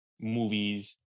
movies